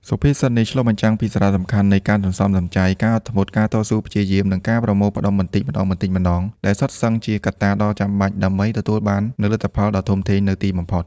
សុភាសិតនេះឆ្លុះបញ្ចាំងពីសារៈសំខាន់នៃ ការសន្សំសំចៃ ការអត់ធ្មត់ ការតស៊ូព្យាយាម និងការប្រមូលផ្តុំបន្តិចម្តងៗ ដែលសុទ្ធសឹងជាកត្តាដ៏ចាំបាច់ដើម្បីទទួលបាននូវលទ្ធផលដ៏ធំធេងនៅទីបំផុត។